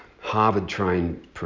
Harvard-trained